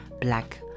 black